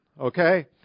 okay